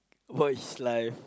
watch life